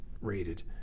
rated